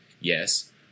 Yes